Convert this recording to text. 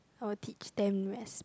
I will teach them res~